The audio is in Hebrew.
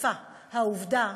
נחשפה העובדה